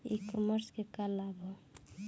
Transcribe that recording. ई कॉमर्स क का लाभ ह?